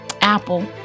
Apple